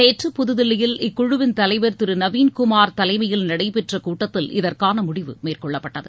நேற்று புதுதில்லியில் இக்குழுவின் தலைவர் திரு நவீன்குமார் தலைமையில் நடைபெற்ற கூட்டத்தில் இதற்கான முடிவு மேற்கொள்ளப்பட்டது